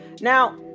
Now